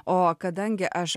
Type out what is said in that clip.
o kadangi aš